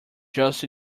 just